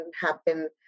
happen